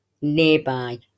nearby